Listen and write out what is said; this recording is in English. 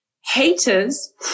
haters